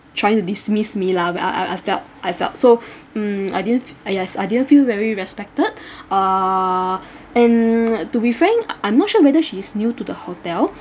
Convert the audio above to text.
trying to dismiss me lah where I I I felt I felt so mm I didn't uh yes I didn't feel very respected err and to be frank I'm not sure whether she's new to the hotel